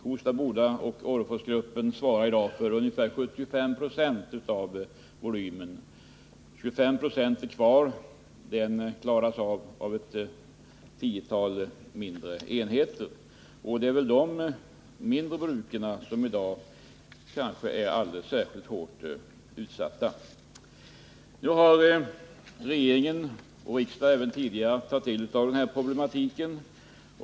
Kosta Boda och Orreforsgruppen svarar i dag för ungefär 75 20 av tillverkningsvolymen. De återstående 25 70 ligger hos ett tiotal mindre enheter. Det är nog just de mindre bruken som i dag är alldeles särskilt hårt utsatta. Nu har regeringen och riksdagen tagit del av problematiken.